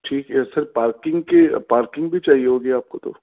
ٹھیک ہے sir parking کی پارکنگ بھی چاہیے ہوگی آپ کو تو